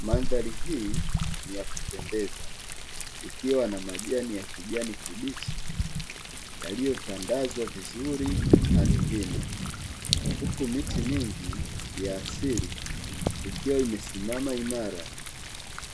Mandhari hii ni ya kupendeza, ikiwa na majani ya kijani kibichi, yaliyotandazwa vizuri ardhini, huku miti mingi ya asili ikiwa imesimama imara